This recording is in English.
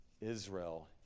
Israel